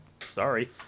Sorry